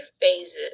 phases